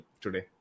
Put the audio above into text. today